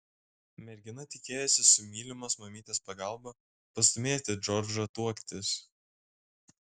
mergina tikėjosi su mylimos mamytės pagalba pastūmėti džordžą tuoktis